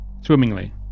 swimmingly